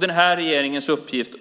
Den här regeringens